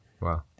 Wow